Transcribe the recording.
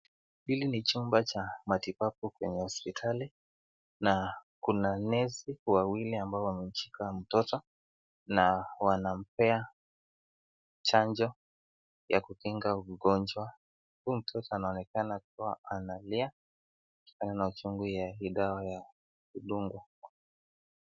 Hili ni chumba cha matibabu kwenye hospitali na kuna nesi wawili ambao wamemshika mtoto na wanampea chanjo ya kukinga ugonjwa. Huyu mtoto anaonekana kuwa analia na uchungu ya hii dawa ya kudungwa.